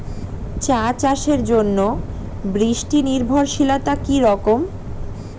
চা চাষের জন্য বৃষ্টি নির্ভরশীলতা কী রকম?